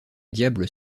diables